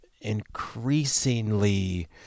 increasingly